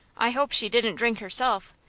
i hope she didn't drink herself,